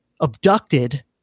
abducted